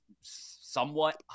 somewhat